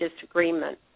disagreement